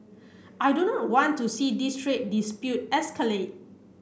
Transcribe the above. I do not want to see this trade dispute escalate